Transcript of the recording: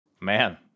Man